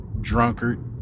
drunkard